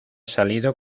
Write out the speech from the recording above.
salido